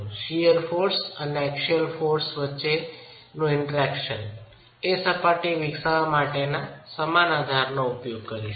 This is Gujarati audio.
શિઅર ફોર્સ અને એક્સિયલ દળો વચ્ચે ક્રિયાપ્રતિક્રિયા સપાટી વિકસાવવા માટે સમાન આધારનો ઉપયોગ કરીશું